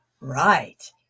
right